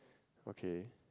okay